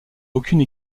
aucune